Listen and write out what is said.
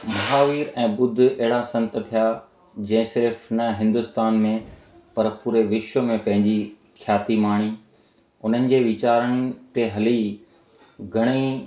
महावीर ऐं बुद्ध अहिड़ा संत थिया जंहिं सिर्फ़ु न हिन्दुस्तान में पर पूरे विश्व में पंहिंजी ख्याति माणी उन्हनि जे वीचारनि ते हली घणई